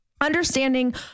understanding